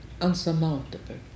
unsurmountable